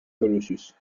colossus